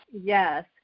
Yes